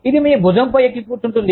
ఇది మీ భుజంపై ఎక్కి కూర్చుంటుంది